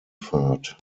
pfad